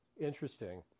Interesting